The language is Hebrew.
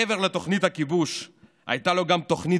מעבר לתוכנית הכיבוש הייתה לו גם תוכנית